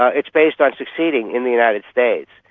ah it's based on succeeding in the united states.